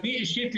אני אישית,